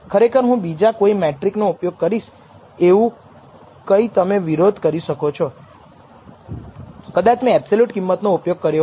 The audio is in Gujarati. ખરેખર હું બીજા કોઈ મેટ્રિક ઉપયોગ કરીશ એવું કઈ તમે વિરોધ કરી શકો છો કદાચ મે એબ્સોલ્યુટ કિંમત નો ઉપયોગ કર્યો હોત